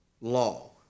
law